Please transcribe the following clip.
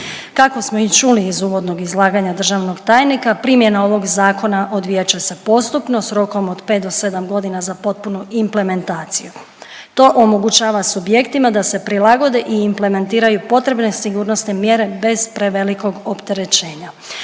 Kako smo i čuli iz uvodnog izlaganja državnog tajnika primjena ovog zakona odvijat će se postupno s rokom od 5 do 7 godina za potpunu implementaciju. To omogućava subjektima da se prilagode i implementiraju potrebne sigurnosne mjere bez prevelikog opterećenja.